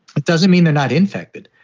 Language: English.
it doesn't mean they're not infected.